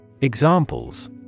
Examples